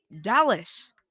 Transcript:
Dallas